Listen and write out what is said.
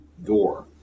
door